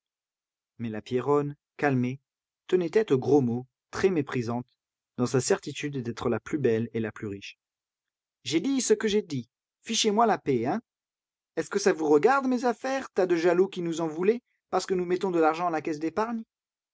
mais la pierronne calmée tenait tête aux gros mots très méprisante dans sa certitude d'être la plus belle et la plus riche j'ai dit ce que j'ai dit fichez-moi la paix hein est-ce que ça vous regarde mes affaires tas de jaloux qui nous en voulez parce que nous mettons de l'argent à la caisse d'épargne